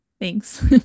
thanks